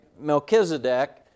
Melchizedek